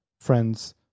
friends